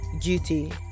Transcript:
Duty